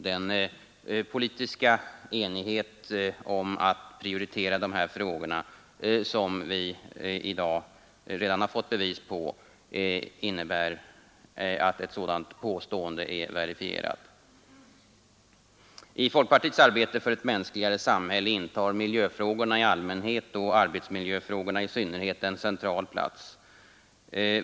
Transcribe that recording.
Den politiska enighet om att prioritera de här frågorna som vi i dag redan har fått bevis på innebär att ett sådant påstående är verifierat. I folkpartiets arbete för ett mänskligare samhälle intar miljöfrågorna i allmänhet och arbetsmiljöfrågorna i synnerhet en central plats.